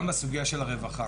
גם בסוגיה של הרווחה,